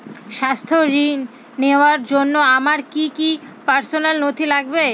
স্বাস্থ্য ঋণ নেওয়ার জন্য আমার কি কি পার্সোনাল নথি লাগবে?